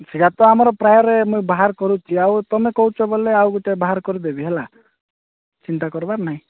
ସେଇଆ ତ ଆମର ପ୍ରାୟରେ ମୁଁ ବାହାର କରୁଛି ଆଉ ତମେ କହୁଛ ବୋଲେ ଆଉ ଗୁଟେ ବାହାର କରିଦେବି ହେଲା ଚିନ୍ତା କରିବାର ନାହିଁ